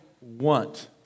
want